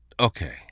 Okay